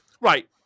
right